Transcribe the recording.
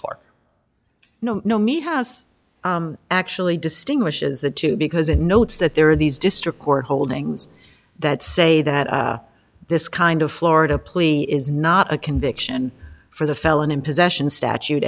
car no no me has actually distinguishes the two because it notes that there are these district court holdings that say that this kind of florida plea is not a conviction for the felon in possession statute